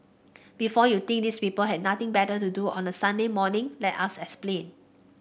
before you think these people had nothing better to do on a Sunday morning let us explain